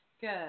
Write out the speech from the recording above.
Good